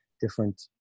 different